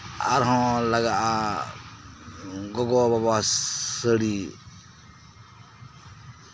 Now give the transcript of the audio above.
ᱟᱨ ᱦᱚᱸ ᱞᱟᱜᱟᱜᱼᱟ ᱜᱚᱜᱚᱼᱵᱟᱵᱟ ᱥᱟᱹᱲᱤ